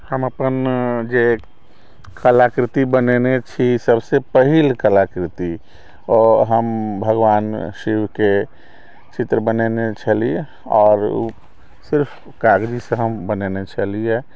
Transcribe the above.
हम अपन जे कलाकृति बनेने छी सबसे पहिल कलाकृति ओ हम भगवान शिव के चित्र बनेने छलियै आओर ओ सिर्फ कागजे से हम बनेने छलियै